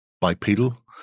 bipedal